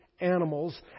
animals